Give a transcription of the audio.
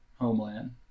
homeland